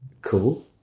cool